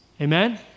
Amen